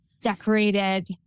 decorated